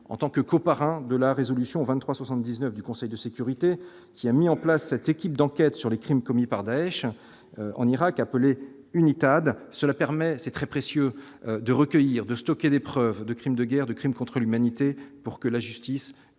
en tant que co-parrains de la résolution 23 79 du Conseil de sécurité qui a mis en place cette équipe d'enquête sur les crimes commis par Daech en Irak, appelé unit had cela permet c'est très précieux de recueillir de stocker des preuves de crimes de guerre, de crimes contre l'humanité pour que la justice